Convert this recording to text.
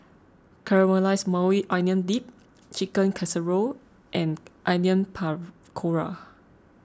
Caramelized Maui Onion Dip Chicken Casserole and Onion Pakora